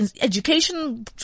Education